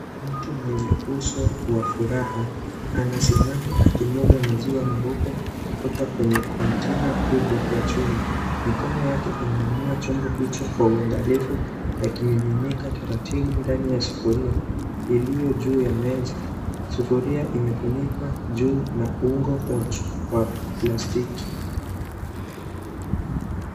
Mtu mwenye uso wa furaha anasimama akimwaga maziwa meupe kutoka kwenye container kubwa ya chuma. Mikono yake imeinua chombo hicho kwa uangalifu yakimiminika taratibu ndani ya sufuria iliyo juu ya meza. Sufuria imefunikwa juu na ungo wa plastiki.